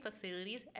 facilities